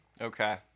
Okay